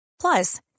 Plus